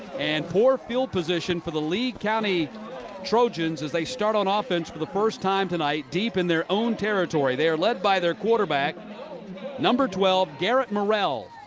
and poor field position for the lee county trojans as they start on ah offense for the first time tonight deep in their own territory. they are led by their quarterback number twelve garret morrell.